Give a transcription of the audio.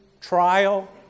trial